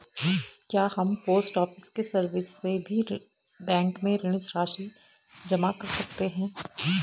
क्या हम post office की सर्विस से भी बैंक में ऋण राशि जमा कर सकते हैं?